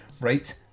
right